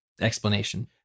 explanation